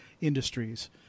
Industries